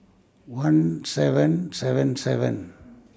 one seven seven seven